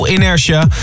Inertia